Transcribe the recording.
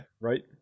Right